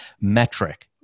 metric